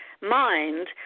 mind